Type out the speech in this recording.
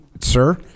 sir